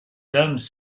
dames